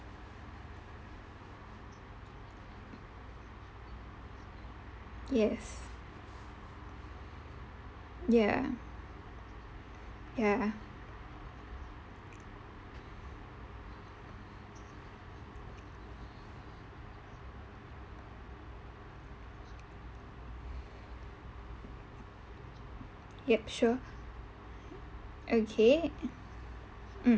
yes ya ya yup sure okay mm